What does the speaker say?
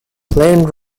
plain